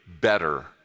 better